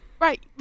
Right